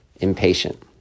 impatient